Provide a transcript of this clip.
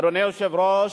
אדוני היושב-ראש,